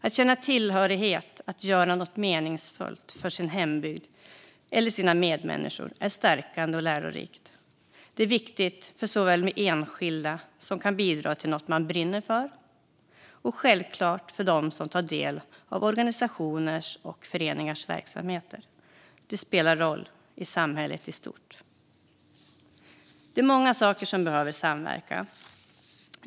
Att känna tillhörighet och göra något meningsfullt för sin hembygd eller sina medmänniskor är stärkande och lärorikt. Det är viktigt för enskilda som kan bidra till något de brinner för och självklart även för dem som tar del av organisationers och föreningars verksamheter. Det spelar roll i samhället i stort. Det är många saker som behöver samverka.